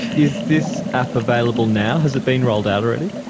is this app available now? has it been rolled out already?